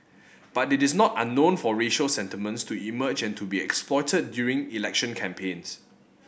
but it is not unknown for racial sentiments to emerge and to be exploited during election campaigns